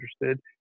interested